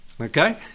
Okay